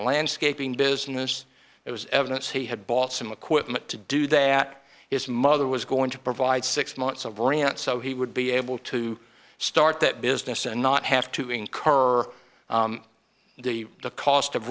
landscaping business it was evidence he had bought some equipment to do that its mother was going to provide six months of rant so he would be able to start that business and not have to incur the cost of